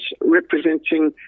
representing